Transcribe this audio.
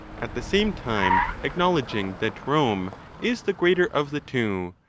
at the same time acknowledging that rome is the greater of the two,